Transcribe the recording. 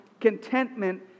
contentment